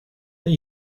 they